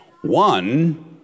One